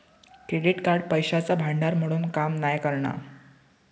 credit card पैशाचा भांडार म्हणून काम नाय करणा